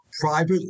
private